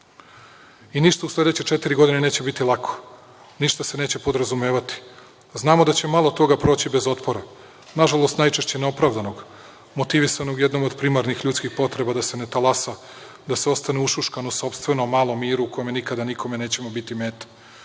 u sledeće četiri godine neće biti lako. Ništa se neće podrazumevati. Znamo da će malo toga proći bez otpora. Nažalost, najčešće neopravdanog, motivisanog jednom od primarnih ljudskih potreba da se ne talasa, da se ostane ušuškano u sopstvenom malom miru u kome nikada nikome nećemo biti